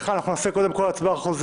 בקשת הממשלה להקדמת הדיון בהצעת חוק המידע